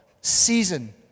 season